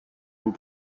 vous